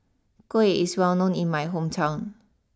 Kuih is well known in my hometown